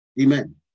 Amen